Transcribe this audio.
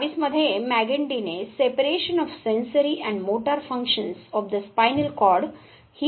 1822 मध्ये मॅगेन्डीने 'separation of sensory and motor functions of the spinal cord' ही संकल्पना दिली